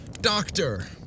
Doctor